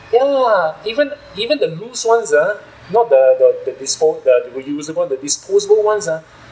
ya even even the loose ones uh not the the the dispose the reusable the disposable ones uh